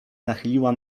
nachyliła